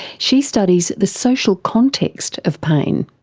she studies the social context of pain.